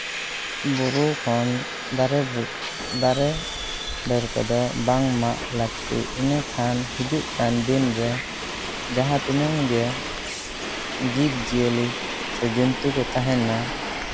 ᱵᱩᱨᱩ ᱠᱷᱚᱱ ᱫᱟᱨᱮ ᱫᱟᱨᱮ ᱰᱟᱹᱨ ᱠᱚᱫᱚ ᱵᱟᱝ ᱢᱟᱜ ᱞᱟᱹᱠᱛᱤ ᱤᱱᱟᱹ ᱠᱷᱟᱱ ᱦᱤᱡᱩᱜ ᱠᱟᱱ ᱫᱤᱱᱨᱮ ᱡᱟᱦᱟᱸ ᱛᱤᱱᱟᱹᱜ ᱜᱮ ᱡᱤᱵᱽᱼᱡᱤᱭᱟᱹᱞᱤ ᱥᱮ ᱡᱚᱱᱛᱩ ᱠᱚ ᱛᱟᱦᱮᱱᱟ